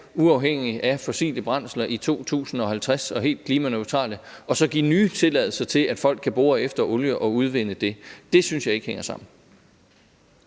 uafhængig af fossile brændsler i 2050 og helt klimaneutrale og så give nye tilladelser til, at folk kan bore efter olie og udvinde den. Det synes jeg ikke hænger sammen.